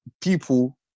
people